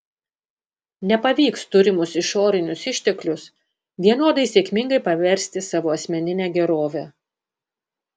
nepavyks turimus išorinius išteklius vienodai sėkmingai paversti savo asmenine gerove